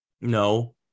no